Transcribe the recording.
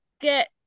get